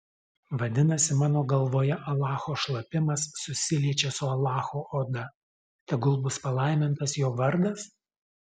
vadinasi mano galvoje alacho šlapimas susiliečia su alacho oda tegul bus palaimintas jo vardas